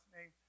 name